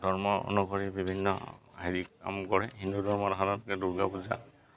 ধৰ্ম অনুসৰি বিভিন্ন হেৰি কাম কৰে হিন্দু ধৰ্মৰ সাধাৰণতে দুৰ্গা পূজা